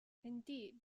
indeed